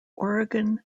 oregon